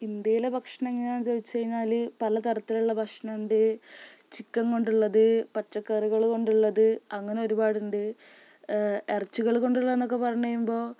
ഇന്ത്യയിലെ ഭക്ഷണം എങ്ങനെയാണെന്നു ചോദിച്ചുകഴിഞ്ഞാല് പല തരത്തിലുള്ള ഭക്ഷണമുണ്ട് ചിക്കൻ കൊണ്ടുള്ളത് പച്ചക്കറികള് കൊണ്ടുള്ളത് അങ്ങനെ ഒരുപാടുണ്ട് ഇറച്ചികള് കൊണ്ടുള്ളതെന്നൊക്കെ പറഞ്ഞുകഴിയുമ്പോള്